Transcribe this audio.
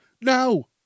No